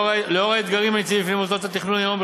נוכח האתגרים הניצבים בפני מוסדות התכנון היום,